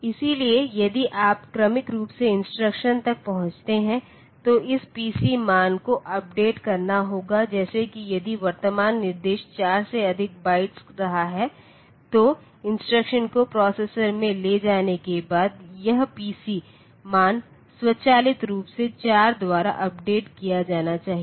इसलिए यदि आप क्रमिक रूप से इंस्ट्रक्शन तक पहुंचते हैं तो इस पीसी मान को अपडेट करना होगा जैसे कि यदि वर्तमान निर्देश 4 से अधिक बाईटस रहा है तो इंस्ट्रक्शन को प्रोसेसर में ले जाने के बाद यह पीसी मान स्वचालित रूप से 4 द्वारा अपडेट किया जाना चाहिए